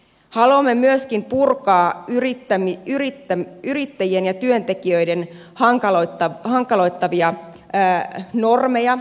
haluamme myöskin purkaa yrittäjien ja työntekijöiden hankaloittavia normeja